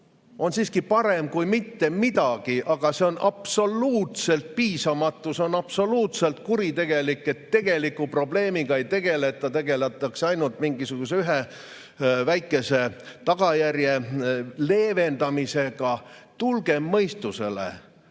on siiski parem kui mitte midagi, aga see on absoluutselt piisamatu, see on absoluutselt kuritegelik, et tegeliku probleemiga ei tegeleta, tegeletakse ainult mingisuguse ühe väikese tagajärje leevendamisega. Tulgem mõistusele!